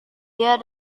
dia